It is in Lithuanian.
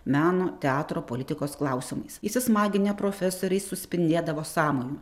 meno teatro politikos klausimais įsismaginę profesoriai suspindėdavo sąmoju